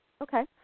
Okay